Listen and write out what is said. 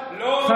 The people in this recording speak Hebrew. תודה,